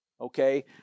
Okay